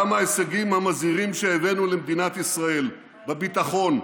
גם ההישגים המזהירים שהבאנו למדינת ישראל בביטחון,